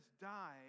died